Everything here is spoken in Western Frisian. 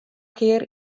kear